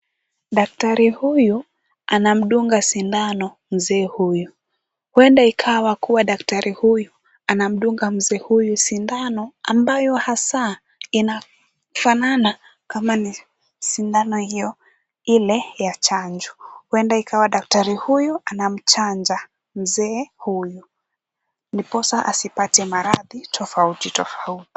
Daktari huyu anamdunga sindano mzee huyu. Huenda ikawa kuwa daktari huyu anamdunga mzee huyu sindano ambayo hasa inafanana kama ni sindano hiyo ile ya chanjo. Huenda ikawa daktari huyu anamchanja mzee huyu ndiposa asipate maradhi tofauti tofauti.